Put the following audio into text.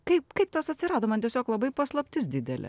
kaip kaip tas atsirado man tiesiog labai paslaptis didelė